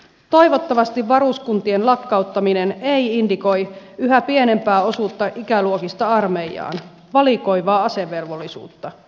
toivottavasti varuskuntien lakkauttaminen ei indikoi yhä pienempää osuutta ikäluokista armeijaan valikoivaa asevelvollisuutta